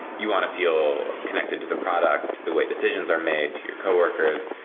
you want to feel connected to the product the way decisions are made to your coworkers.